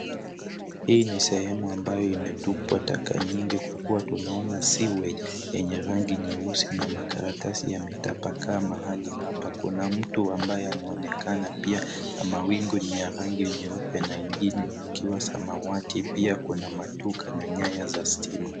Hii ni sehemu ambayo imetupwa taka nyingi kwa kuwa tunaona sewage yenye rangi nyeusi na makaratasi yametapakaa mahali hapa. Kuna mtu ambaye anaonekana pia na mawingu ni ya rangi nyeupe na ingine ikiwa samawati. Pia kuna maduka na nyaya za stima.